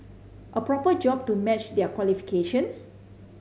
a proper job to match their qualifications